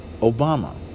Obama